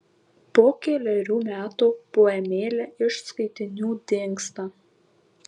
po kelerių metų poemėlė iš skaitinių dingsta